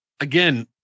again